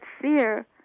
fear